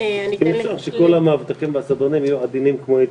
אם אפשר שכל המאבטחים והסדרנים יהיו עדינים כמו איתמר.